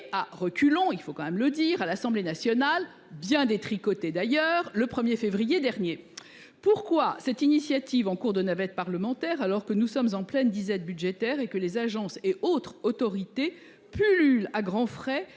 à l’Assemblée nationale – à reculons, il faut le dire, et bien détricotée… Pourquoi cette initiative en cours de navette parlementaire, alors que nous sommes en pleine disette budgétaire, que les agences et autres autorités pullulent à grands frais